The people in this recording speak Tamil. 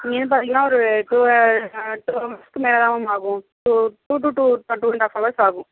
இங்கே இருந்து பார்த்திங்கன்னா ஒரு டூ டூ அவர்ஸ்க்கு மேலே மேலே தான் மேம் ஆகும் two to two and half hours ஆகும்